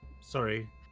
Sorry